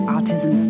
Autism